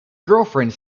girlfriend